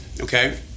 okay